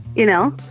you know.